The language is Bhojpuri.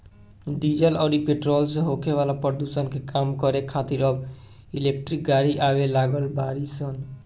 डीजल अउरी पेट्रोल से होखे वाला प्रदुषण के कम करे खातिर अब इलेक्ट्रिक गाड़ी आवे लागल बाड़ी सन